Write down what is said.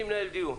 אני מנהל דיון.